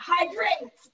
Hydrate